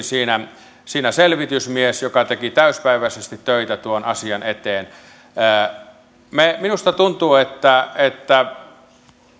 siinä myöskin selvitysmies joka teki täyspäiväisesti töitä tuon asian eteen minusta tuntuu että että